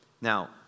Now